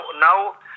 Now